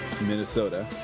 Minnesota